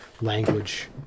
language